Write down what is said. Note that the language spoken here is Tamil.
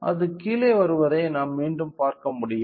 அது கீழே வருவதை நாம் மீண்டும் பார்க்க முடியும்